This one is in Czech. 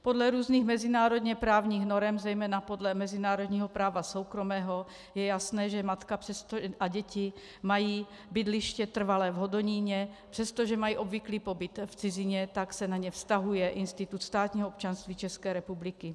Podle různých mezinárodněprávních norem, zejména podle mezinárodního práva soukromého, je jasné, že matka a děti mají trvalé bydliště v Hodoníně, přestože mají obvyklý pobyt v cizině, tak se na ně vztahuje institut státního občanství České republiky.